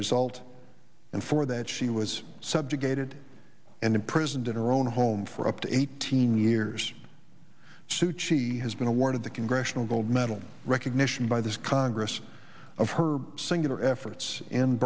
result and for that she was subjugated and imprisoned in her own home for up to eighteen years suchi has been awarded the congressional gold medal recognition by this congress of her singular efforts in